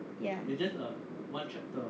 ya